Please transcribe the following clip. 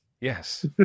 Yes